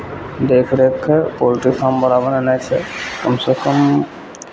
देखरेखके poultry farm बड़ा बनेनाइ छै कमसँ कम